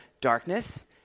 darkness